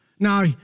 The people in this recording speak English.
Now